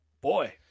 Boy